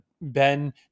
Ben